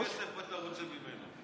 כמה כסף אתה רוצה ממנו?